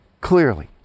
Clearly